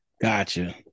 gotcha